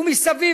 ומסביב,